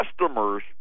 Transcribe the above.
customers